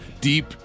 Deep